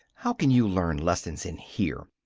how can you learn lessons in here?